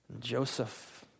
Joseph